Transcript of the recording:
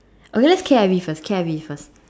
okay let's K_I_V first K_I_V first